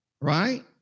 right